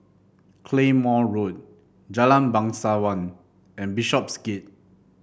Claymore Road Jalan Bangsawan and Bishopsgate